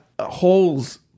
holes